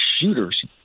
shooters